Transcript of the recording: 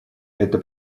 это